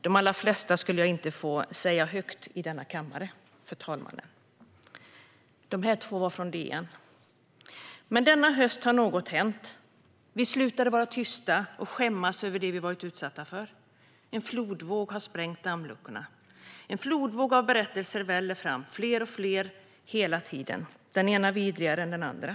De flesta skulle jag inte kunna läsa upp i denna kammare, herr talman! Dessa två kom från DN. Denna höst har dock något hänt. Vi har slutat vara tysta och skämmas över det vi har varit utsatta för. En flodvåg har sprängt dammluckorna. En flodvåg av berättelser väller fram - fler och fler, hela tiden. Den ena är vidrigare än den andra.